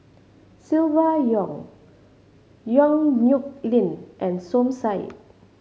Silvia Yong Yong Nyuk Lin and Som Said